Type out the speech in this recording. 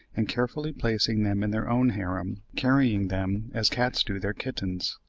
and carefully placing them in their own harem, carrying them as cats do their kittens.